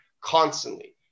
constantly